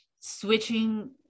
switching